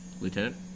lieutenant